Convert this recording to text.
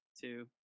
two